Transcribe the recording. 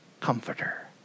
comforter